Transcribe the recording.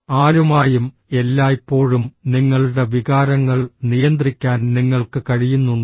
ആരുമായും എല്ലായ്പ്പോഴും നിങ്ങളുടെ വികാരങ്ങൾ നിയന്ത്രിക്കാൻ നിങ്ങൾക്ക് കഴിയുന്നുണ്ടോ